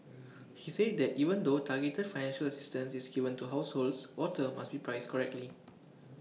he said that even though targeted financial assistance is given to households water must be priced correctly